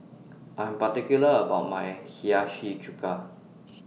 I Am particular about My Hiyashi Chuka